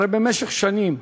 הרי במשך שנים,